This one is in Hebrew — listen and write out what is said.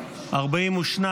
אי-אמון בממשלה לא נתקבלה.